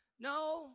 No